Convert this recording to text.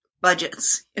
budgets